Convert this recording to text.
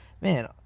man